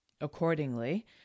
accordingly